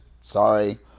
sorry